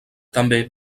també